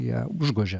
ją užgožė